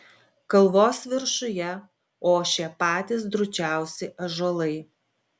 kalvos viršuje ošė patys drūčiausi ąžuolai